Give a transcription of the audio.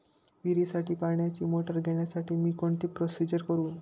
विहिरीसाठी पाण्याची मोटर घेण्यासाठी मी कोणती प्रोसिजर करु?